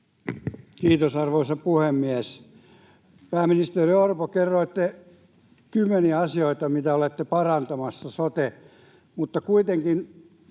Kiitos, arvoisa puhemies! Pääministeri Orpo, kerroitte kymmeniä asioita, mitä olette parantamassa sotessa, mutta kuitenkin